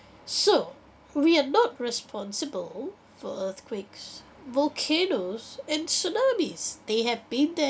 so we are not responsible for earthquakes volcanoes and tsunamis they have been